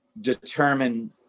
determine